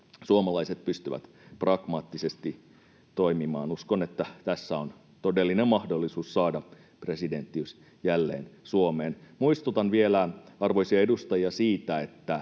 suomalaiset pystyvät pragmaattisesti toimimaan. Uskon, että tässä on todellinen mahdollisuus saada presidenttiys jälleen Suomeen. Muistutan vielä arvoisia edustajia siitä, että